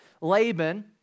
Laban